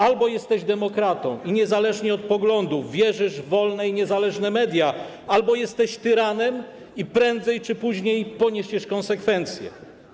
Albo jesteś demokratą i niezależnie od poglądów wierzysz w wolne i niezależne media, albo jesteś tyranem i prędzej czy później poniesiesz konsekwencje.